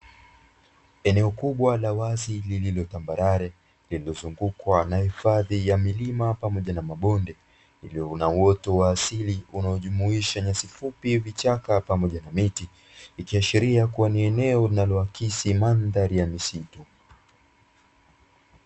Eneo kubwa la wazi lililo tambarare lililozungukwa na hifadhi ya milima pamoja na mabonde iliyo na uoto wa asili unaojumuisha nyasi fupi, vichaka pamoja na miti ikiashiria kuwa ni eneo linaloaksi mandhari ya misitu.